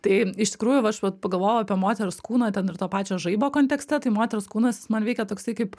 tai iš tikrųjų aš vat pagalvojau apie moters kūną ten ir to pačio žaibo kontekste tai moters kūnas man veikia toksai kaip